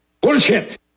Bullshit